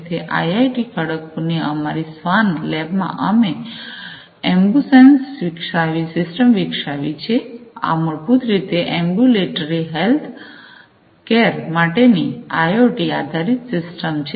તેથી આઈઆઈટી ખડકપુર ની અમારી સ્વાન લેબમાં અમે અંબુસેન્સ સિસ્ટમ વિકસાવી છે આ મૂળભૂત રીતે એંબૂલેટરી હેલ્થ કેર માટેની આઇઑટી આધારિત સિસ્ટમ છે